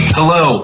Hello